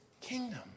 kingdom